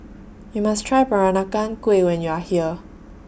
YOU must Try Peranakan Kueh when YOU Are here